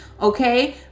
Okay